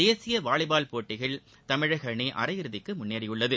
தேசிய வாலிபால் போட்டியில் தமிழக அணி அரை இறுதிக்கு முன்னேறியுள்ளது